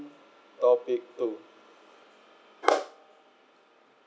topic two